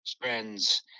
friends